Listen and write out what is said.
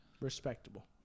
Respectable